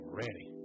ready